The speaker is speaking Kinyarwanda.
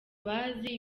bazi